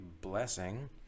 blessing